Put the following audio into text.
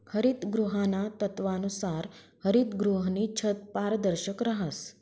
हरितगृहाना तत्वानुसार हरितगृहनी छत पारदर्शक रहास